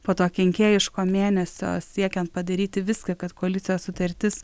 po to kenkėjiško mėnesio siekiant padaryti viską kad koalicijos sutartis